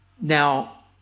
Now